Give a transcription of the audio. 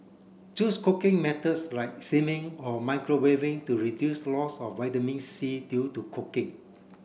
choose cooking methods like steaming or microwaving to reduce loss of vitamin C due to cooking